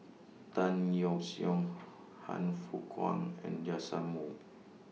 Tan Yeok Seong Han Fook Kwang and Joash Moo